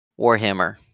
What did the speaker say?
Warhammer